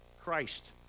Christ